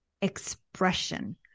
expression